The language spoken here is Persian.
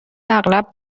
اغلب